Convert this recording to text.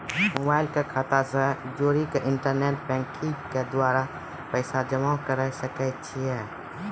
Mobile के खाता से जोड़ी के इंटरनेट बैंकिंग के द्वारा पैसा जमा करे सकय छियै?